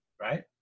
right